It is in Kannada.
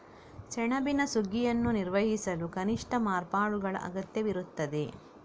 ಸೆಣಬಿನ ಸುಗ್ಗಿಯನ್ನು ನಿರ್ವಹಿಸಲು ಕನಿಷ್ಠ ಮಾರ್ಪಾಡುಗಳ ಅಗತ್ಯವಿರುತ್ತದೆ